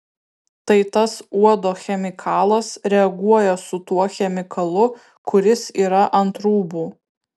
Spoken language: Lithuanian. tai tas uodo chemikalas reaguoja su tuo chemikalu kuris yra ant rūbų